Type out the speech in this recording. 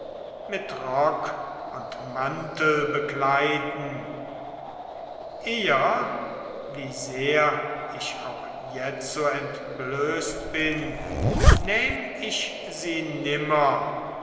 mit rock und mantel bekleiden eher wie sehr ich auch jetzo entblößt bin nähm ich sie nimmer